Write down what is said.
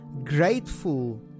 grateful